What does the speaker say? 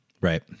Right